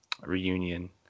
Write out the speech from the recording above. reunion